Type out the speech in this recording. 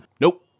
Nope